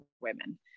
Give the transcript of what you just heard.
women